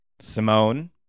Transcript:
Simone